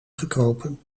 gekropen